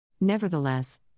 Nevertheless